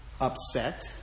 upset